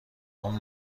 اون